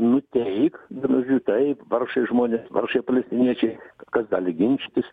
nuteik vienu žodžiu taip vargšai žmonės vargšai palestiniečiai kas gali ginčytis